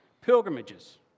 pilgrimages